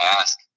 ask